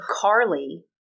Carly